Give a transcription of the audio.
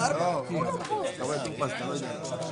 לא רציתם לעשות בכלל.